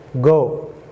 Go